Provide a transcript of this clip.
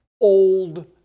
old